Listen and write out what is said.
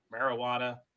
marijuana